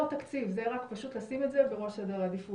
תקציב, זה רק לשים את זה בראש סדר העדיפויות.